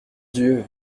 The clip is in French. dieu